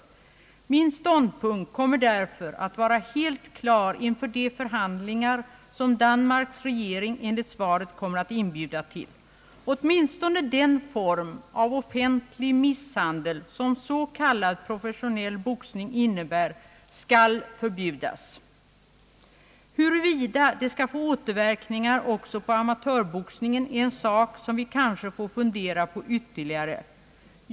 Min ståndpunkt kommer därför att vara helt klar inför de förhandlingar som Danmarks regering enligt svaret kommer att inbjuda till. Åtminstone den form av offentlig misshandel som s.k. professionell boxning innebär skall förbjudas. Huruvida det skall få återverkningar också på amatörboxningen är en sak som vi kanske får fundera på ytterligare.